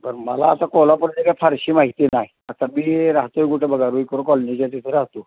पण मला आता कोल्हापुरची काय फारशी माहिती नाही आता मी राहतो आहे कुठं बघा रुईकर कॉलनीच्या तिथं राहतो